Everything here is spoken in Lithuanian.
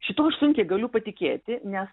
šituo aš sunkiai galiu patikėti nes